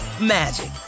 magic